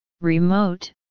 Remote